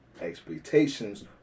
expectations